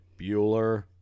Bueller